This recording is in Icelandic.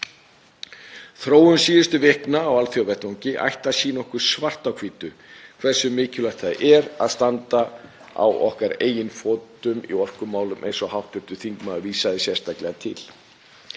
Þróun síðustu vikna á alþjóðavettvangi ætti að sýna okkur svart á hvítu hversu mikilvægt það er að standa á eigin fótum í orkumálum eins og hv. þingmaður vísaði sérstaklega til.